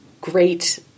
great